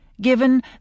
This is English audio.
Given